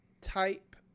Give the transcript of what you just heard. type